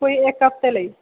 ते इक्क हफ्ते लेई